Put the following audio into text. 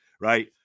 right